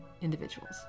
individuals